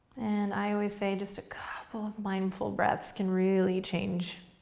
and i always say just a couple of mindful breaths can really change